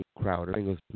Crowder